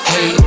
Hey